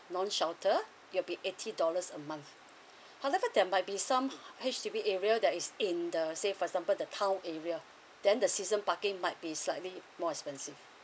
non shelter it will be eighty dollars a month however there might be some H_D_B area that is in the for example the town area then the season parking might be slightly more expensive